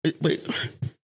Wait